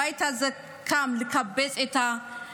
הבית הזה קם כדי לקבץ את היהודים,